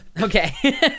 Okay